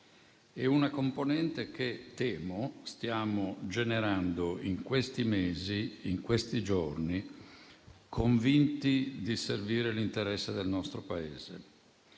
e una componente che, temo, stiamo generando in questi mesi e in questi giorni, convinti di servire l'interesse del nostro Paese.